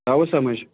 آوَ سَمٕج